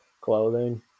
clothing